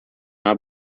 not